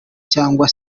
cyangwa